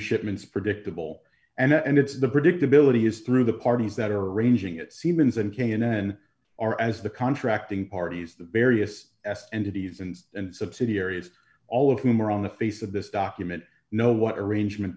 shipments predictable and it's the predictability is through the parties that are arranging it siemens and can then are as the contracting parties the various s entities and and subsidiaries all of whom are on the face of this document know what arrangement